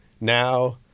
now